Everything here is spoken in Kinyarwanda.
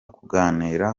kunganira